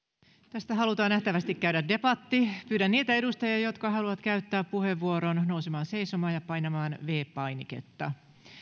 tästä halutaan nähtävästi käydä debatti pyydän niitä edustajia jotka haluavat käyttää puheenvuoron nousemaan seisomaan ja painamaan viides painiketta